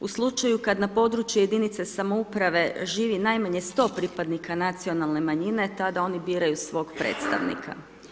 U slučaju kad na području jedinice samouprave živi najmanje 100 pripadnika nacionalne manjine tada oni biraju svog predstavnika.